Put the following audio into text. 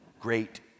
Great